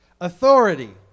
Authority